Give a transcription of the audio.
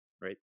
right